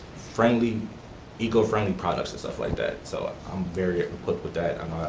eco-friendly eco-friendly products and stuff like that, so i'm very equipped with that.